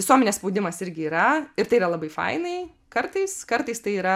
visuomenės spaudimas irgi yra ir tai yra labai fainai kartais kartais tai yra